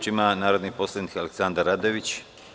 Reč ima narodni poslanik Aleksandar Radojević.